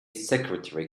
secretary